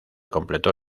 completó